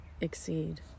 exceed